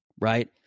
right